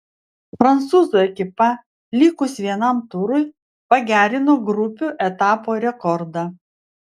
prancūzų ekipa likus vienam turui pagerino grupių etapo rekordą